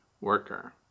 worker